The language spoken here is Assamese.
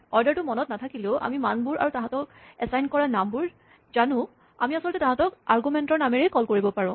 অৰ্ডাৰটো মনত নাথাকিলেও আমি মানবোৰ আৰু তাহাঁতক এচাইন কৰা নামবোৰ জানো আমি আচলতে তাহাঁতক আৰগুমেন্টৰ নামেৰে কল কৰিব পাৰোঁ